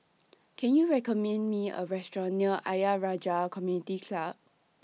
Can YOU recommend Me A Restaurant near Ayer Rajah Community Club